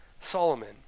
Solomon